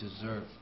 deserve